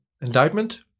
indictment